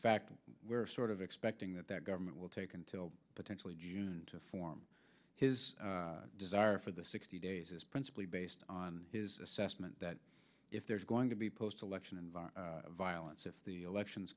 fact we're sort of expecting that that government will take until potentially june to form his desire for the sixty days is principally based on his assessment that if there is going to be post election environ violence if the elections